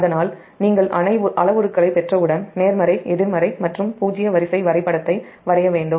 அதனால்நீங்கள் அளவுருக்களைப் பெற்றவுடன் நேர்மறை எதிர்மறை மற்றும் பூஜ்ஜிய வரிசை வரைபடத்தை வரைய வேண்டும்